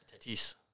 Tatis